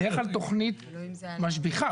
זה בדרך-כלל תכנית משביחה.